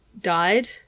died